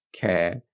care